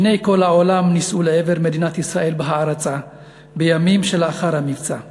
עיני כל העולם נישאו לעבר מדינת ישראל בהערצה בימים שלאחר המבצע,